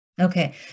Okay